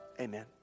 amen